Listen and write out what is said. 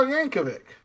Yankovic